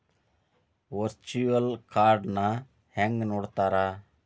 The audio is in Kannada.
ವರ್ಚುಯಲ್ ಕಾರ್ಡ್ನ ಹೆಂಗ್ ನೋಡ್ತಾರಾ?